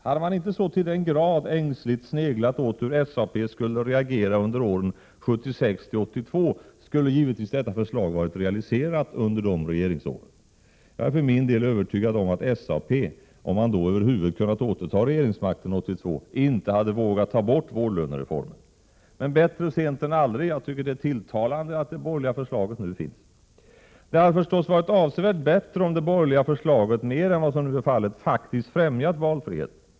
Hade man inte så till den grad ängsligt sneglat åt hur SAP skulle reagera under åren 1976—1982 skulle givetvis detta förslag ha varit realiserat under regeringsåren då. Jag är för min del övertygad om att SAP, om man över huvud kunnat återta regeringsmakten 1982, inte hade vågat slopa vårdlönereformen. Men bättre sent än aldrig! Jag tycker det är tilltalande att det borgerliga förslaget nu finns. Det hade förstås varit avsevärt bättre om det borgerliga förslaget, mer än vad som nu är fallet, faktiskt främjat valfrihet.